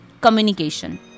communication